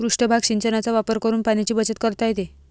पृष्ठभाग सिंचनाचा वापर करून पाण्याची बचत करता येते